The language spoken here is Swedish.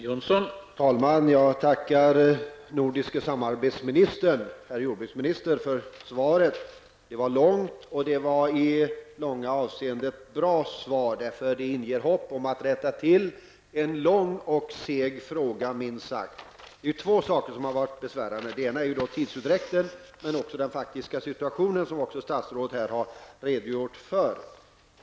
Herr talman! Jag tackar nordiske samarbetsministern, herr jordbruksministern, för svaret. Det var ett långt och i många avseenden bra svar -- det inger hopp om att man skall kunna lösa ett minst sagt långlivat och segt problem. Det är två saker som har varit besvärande. Den ena är tidsutdräkten. Den andra är den faktiska situationen, som statsrådet här också har redogjort för.